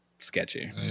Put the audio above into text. Sketchy